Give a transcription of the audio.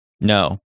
No